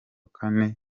kane